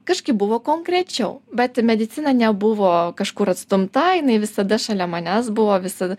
kažkaip buvo konkrečiau bet medicina nebuvo kažkur atstumta jinai visada šalia manęs buvo visada